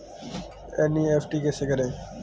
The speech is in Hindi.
एन.ई.एफ.टी कैसे करें?